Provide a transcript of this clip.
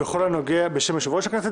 ושל יושב-ראש הכנסת